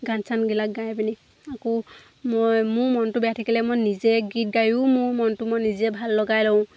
গান চানবিলাক গাই পিনে আকৌ মই মোৰ মনটো বেয়া থাকিলে মই নিজে গীত গায়ো মোৰ মনটো মই নিজে ভাল লগাই লওঁ